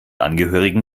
angehörigen